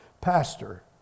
pastor